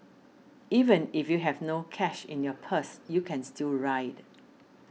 even if you have no cash in your purse you can still ride